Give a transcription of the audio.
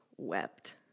Wept